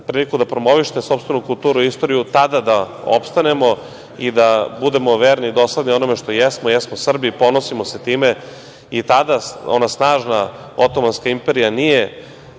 priliku da promovišete sopstvenu kulturu i istoriju tada da opstanemo i da budemo verni i dosledni onome što jesmo. Jesmo Srbi i ponosimo se time.I tada ona snažna Otomanska imperija nije